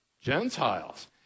Gentiles